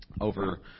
over